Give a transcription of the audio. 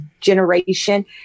generation